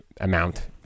amount